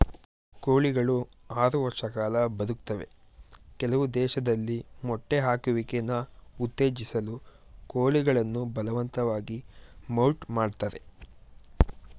ಕೋಳಿಗಳು ಆರು ವರ್ಷ ಕಾಲ ಬದುಕ್ತವೆ ಕೆಲವು ದೇಶದಲ್ಲಿ ಮೊಟ್ಟೆ ಹಾಕುವಿಕೆನ ಉತ್ತೇಜಿಸಲು ಕೋಳಿಗಳನ್ನು ಬಲವಂತವಾಗಿ ಮೌಲ್ಟ್ ಮಾಡ್ತರೆ